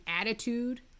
attitude